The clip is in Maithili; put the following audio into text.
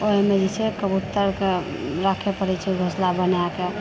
आओर ओहिमे जे छै कबूतरकेंँ राखए पड़ैत छै घोसला बनाकऽ